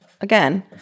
again